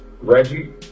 Reggie